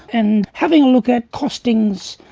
and having a look at costings,